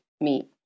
meat